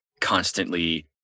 constantly